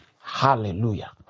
hallelujah